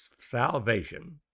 salvation